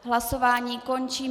Hlasování končím.